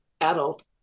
adult